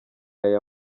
aya